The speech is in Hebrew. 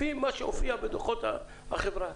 לפי מה שהופיע בדוחות החברה.